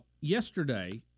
yesterday